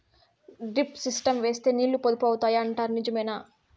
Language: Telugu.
డ్రిప్ సిస్టం వేస్తే నీళ్లు పొదుపు అవుతాయి అంటారు నిజమేనా?